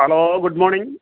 hello good morning